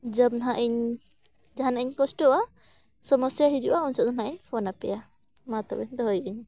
ᱡᱚᱢ ᱫᱚ ᱱᱟᱦᱟᱜ ᱤᱧ ᱡᱟᱦᱟᱱᱟᱜ ᱤᱧ ᱠᱚᱥᱴᱚᱜᱼᱟ ᱥᱚᱢᱚᱥᱥᱟ ᱦᱤᱡᱩᱜᱼᱟ ᱩᱱ ᱥᱚᱢᱚᱭ ᱫᱚ ᱱᱟᱦᱟᱜ ᱤᱧ ᱯᱷᱳᱱ ᱟᱯᱮᱭᱟ ᱢᱟ ᱛᱚᱵᱮᱧ ᱫᱚᱦᱚᱭᱮᱫᱟᱹᱧ